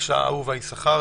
אהובה יששכר,